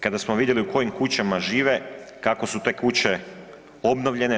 Kada smo vidjeli u kojim kućama žive, kako su te kuće obnovljene.